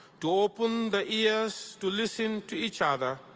to open the ears, to listen to each other,